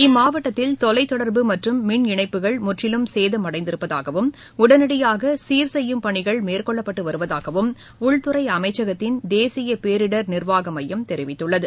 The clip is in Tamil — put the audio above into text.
இம்மாவட்டத்தில் தொலைத்தொடர்பு மற்றும் மின்இணைப்புகள் முற்றிலும் சேதமடைந்திருப்பதாகவும் உடனடியாகசீர் செய்யும் பணிகள் மேற்கொள்ளப்பட்டுவருவதாகவும் உள்துறைஅமைச்சகத்தின் தேசியபேரிடர் நிர்வாகமையம் தெரிவித்துள்ளது